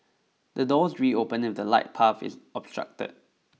the doors reopen if the light path is obstructed